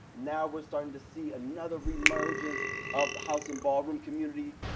now, we're starting to see another re-emergence of house and ballroom community.